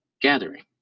gathering